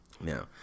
Now